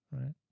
Right